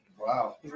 Wow